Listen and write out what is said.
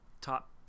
top